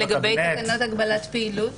תקנות הגבלת פעילות